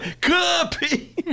Copy